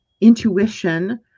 intuition